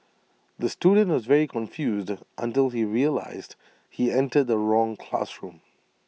the student was very confused until he realised he entered the wrong classroom